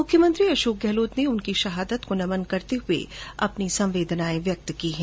मुख्यमंत्री अशोक गहर्लोत ने उनकी शहादत को नमन करते हुए अपनी संवेदनाएं जताई है